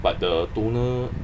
but the toner